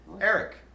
Eric